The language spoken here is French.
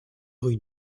rue